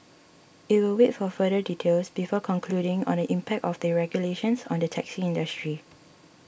it will wait for further details before concluding on the impact of the regulations on the taxi industry